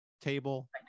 table